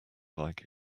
like